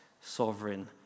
sovereign